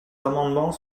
amendements